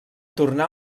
tornar